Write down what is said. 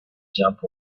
jump